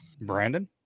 Brandon